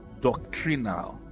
doctrinal